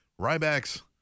Ryback's